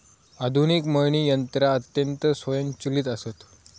आधुनिक मळणी यंत्रा अत्यंत स्वयंचलित आसत